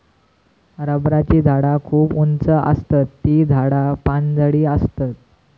रबराची झाडा खूप उंच आसतत ती झाडा पानझडी आसतत